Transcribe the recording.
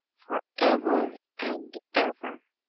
for ever and ever,